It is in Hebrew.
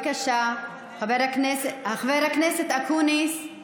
חבר הכנסת אקוניס, בבקשה.